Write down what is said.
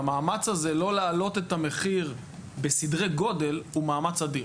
והמאמץ הזה לא להעלות את המחיר בסדרי גודל הוא מאמץ אדיר.